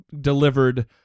delivered